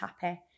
happy